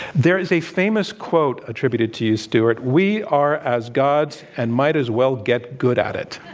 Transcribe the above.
there is a famous quote attributed to you, stewart, we are as gods and might as well get good at it.